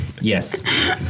Yes